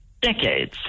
decades